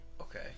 Okay